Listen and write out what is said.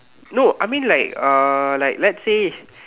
no I mean like uh like let's say